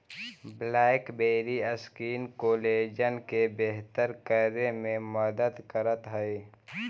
blackberry skin collagen के बेहतर करे में मदद करऽ हई